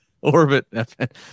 Orbit